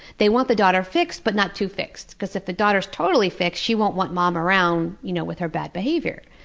they want the daughter fixed, but not too fixed. because if the daughter is totally fixed, she won't want mom around you know with her bad behavior.